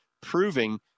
proving